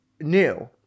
new